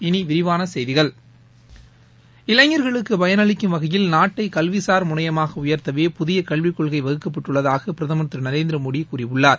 இனி விரிவான செய்திகள் இளைஞர்களுக்கு பயனளிக்கும் வகையில் நாட்டை கல்விசார் முனையமாக உயர்த்தவே புதிய கல்விக் கொள்கை வகுக்கப்பட்டுள்ளதாக பிரதமர் திரு நரேந்திரமோடி கூறியுள்ளார்